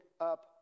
up